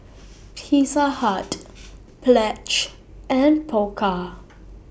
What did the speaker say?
Pizza Hut Pledge and Pokka